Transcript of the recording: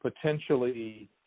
potentially